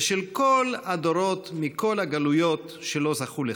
ושל כל הדורות מכל הגלויות שלא זכו לכך,